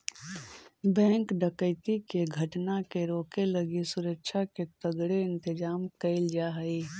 bank डकैती के घटना के रोके लगी सुरक्षा के तगड़े इंतजाम कैल जा हइ